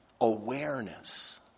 awareness